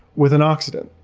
with an oxidant